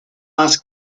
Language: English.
ask